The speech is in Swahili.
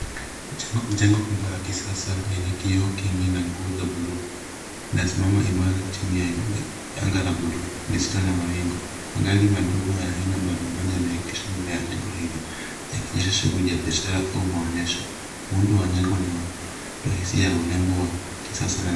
Jengo kubwa la kisasa lenye kioo kingi na nguo za blue , linasimama imara chini ya anga la blue lisiolo na mawingu. Magari madogo ya aina mbali mbali yameegeshwa mbele ya jengo hilo, yakionyesha shughuli ya biashara au maonyesho. Muundo wa jengo unatoa hisia ya unebo wa kisasa.